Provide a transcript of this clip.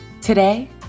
Today